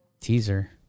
Teaser